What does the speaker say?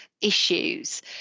issues